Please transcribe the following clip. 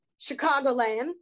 Chicagoland